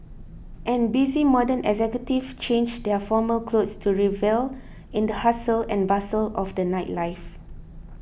and busy modern executives change their formal clothes to revel in the hustle and bustle of the nightlife